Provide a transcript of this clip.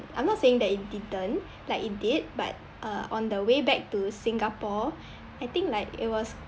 I'm not saying that it didn't like it did but uh on the way back to Singapore I think like it was